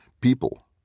people